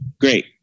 great